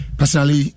personally